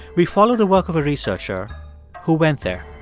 we follow the work of a researcher who went there.